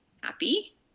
happy